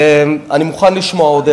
אני מוכן לשמוע עוד דעה.